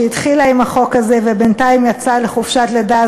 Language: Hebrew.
שהתחילה עם החוק הזה ובינתיים יצאה לחופשת לידה,